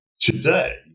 today